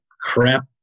crap